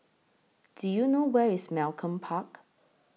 Do YOU know Where IS Malcolm Park